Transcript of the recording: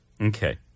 Okay